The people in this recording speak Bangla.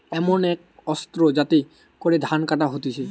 এমন এক অস্ত্র যাতে করে ধান কাটা হতিছে